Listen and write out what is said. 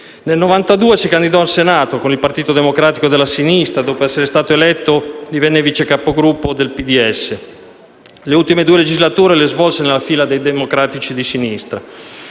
Nel 1992 si candidò al Senato, con il Partito Democratico della Sinistra; dopo essere stato eletto, divenne Vice Capogruppo del PDS. Le ultime due legislature le svolse nelle file dei Democratici di Sinistra.